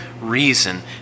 reason